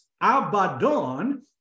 Abaddon